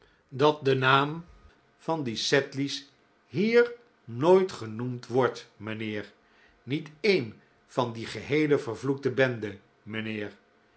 dat de naam van die sedley's hier nooit genoemd wordt mijnheer niet een van die geheele vervloekte bende mijnheer